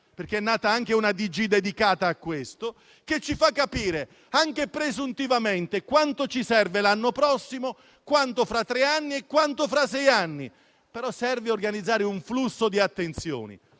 perché è nata anche una direzione generale dedicata a questo - che ci fa capire, anche presuntivamente, quanto ci serve l'anno prossimo, quanto fra tre anni e quanto fra sei anni. Serve però organizzare un flusso di attenzioni.